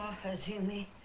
hurting me